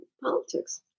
politics